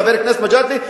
חבר הכנסת מג'אדלה,